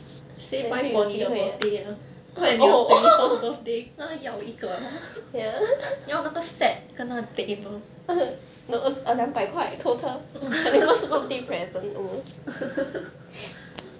say buy for 你的 birthday ah 快点你的 twenty first birthday 跟他要一个 lah 要那个 set 跟那个 table